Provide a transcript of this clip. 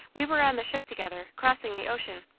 we were on the ship together, crossing the ocean.